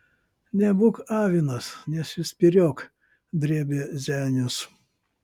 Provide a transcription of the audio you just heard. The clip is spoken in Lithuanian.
nebūk avinas nesispyriok drėbė zenius